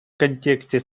контексте